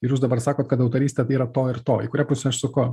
ir jūs dabar sakot kad autorystė tai yra to ir to į kurią pusę aš suku